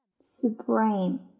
Spring